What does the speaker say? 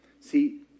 See